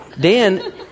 Dan